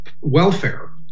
welfare